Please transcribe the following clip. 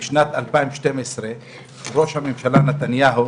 בשנת 2012 ראש הממשלה נתניהו